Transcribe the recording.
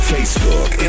Facebook